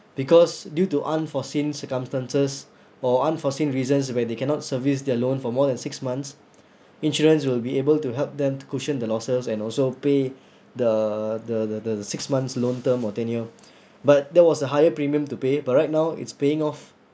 because due to unforeseen circumstances or unforeseen reasons where they cannot service their loan for more than six months insurance will be able to help them to cushion the losses and also pay the the the the the six months loan terms or tenure but there was a higher premium to pay but right now it's paying off